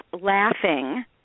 laughing